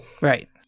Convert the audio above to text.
Right